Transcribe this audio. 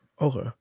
Okay